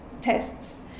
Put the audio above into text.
tests